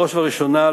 בראש ובראשונה,